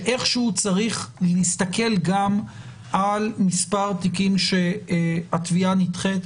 שאיכשהו צריך להסתכל גם על מספר תיקים שהתביעה נדחית.